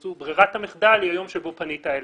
ברירת המחדל היא היום שבו פנית אלינו.